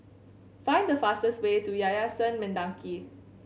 find the fastest way to Yayasan Mendaki